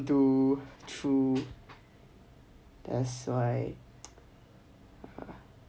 do true that's why